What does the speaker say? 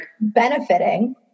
benefiting